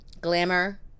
glamour